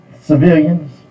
civilians